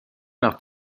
nach